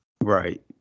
Right